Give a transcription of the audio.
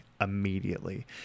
immediately